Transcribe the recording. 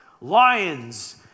Lions